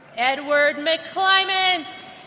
edward mcclyment.